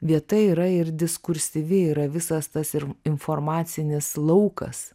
vieta yra ir diskursyvi yra visas tas ir informacinis laukas